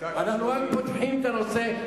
אנחנו רק פותחים את הנושא,